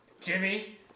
Jimmy